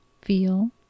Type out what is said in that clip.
feel